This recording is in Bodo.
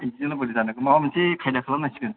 बिदिजोंलाय बोरै जानो माबा मोनसे खायदा खालाम नांसिगोन